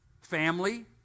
Family